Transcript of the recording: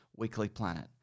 weeklyplanet